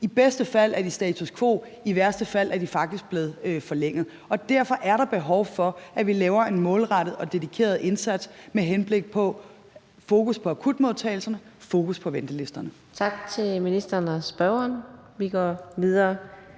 I bedste fald er de status quo, i værste fald er de faktisk blevet forlænget. Og derfor er der behov for, at vi laver en målrettet og dedikeret indsats med fokus på akutmodtagelserne, fokus på ventelisterne. Kl. 13:48 Fjerde næstformand (Karina